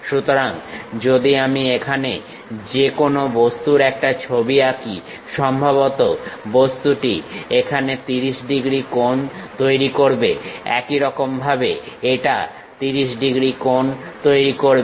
সুতরাং যদি আমি এখানে যে কোন বস্তুর একটা ছবি আঁকি সম্ভবত বস্তুটি এখানে 30 ডিগ্রী কোণ তৈরি করবে একইরকম ভাবে এটা 30 ডিগ্রী কোণ তৈরি করবে